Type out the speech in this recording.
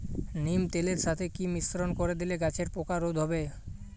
নিম তেলের সাথে কি মিশ্রণ করে দিলে গাছের পোকা রোধ হবে?